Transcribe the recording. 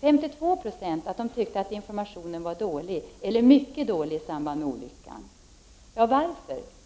52 20 att de tyckte att informationen i samband med olyckan var dålig eller mycket dålig. Varför?